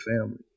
family